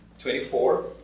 24